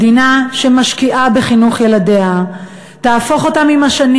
מדינה שמשקיעה בחינוך ילדיה תהפוך אותם עם השנים